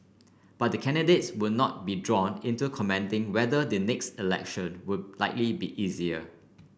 but the candidates would not be drawn into commenting whether the next election would likely be easier